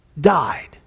died